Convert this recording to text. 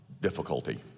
difficulty